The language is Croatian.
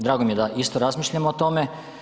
Drago mi je da isto razmišljamo o tome.